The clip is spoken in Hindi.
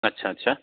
अच्छा अच्छा